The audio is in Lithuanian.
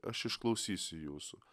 aš išklausysiu jūsų